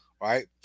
Right